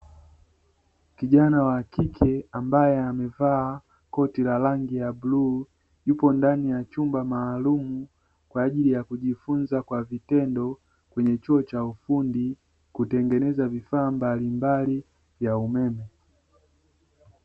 Kijana wa kike ambaye amevaa koti la rangi ya bluu. Yupo ndani ya chumba maalumu kwa ajili ya kujifunza kwa vitendo. Kwenye chuo cha ufundi kutengeneza vifaa mbalimbali vya umeme.